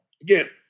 Again